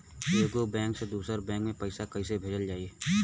एगो बैक से दूसरा बैक मे पैसा कइसे भेजल जाई?